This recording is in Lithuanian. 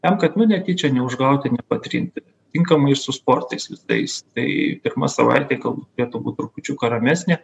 tam kad netyčia neužgauti ir nepatrinti tinkamai ir su sportais visais tai pirma savaitė galbūt turėtų būt trupučiuką ramesnė